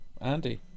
Andy